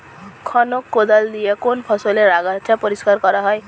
খনক কোদাল দিয়ে কোন ফসলের আগাছা পরিষ্কার করা হয়?